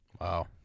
Wow